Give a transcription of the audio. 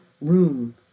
room